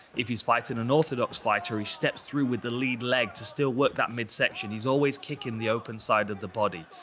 if he's fighting an orthodox fighter, he steps through with the lead leg to still work that midsection. he's always kicking the side of the body.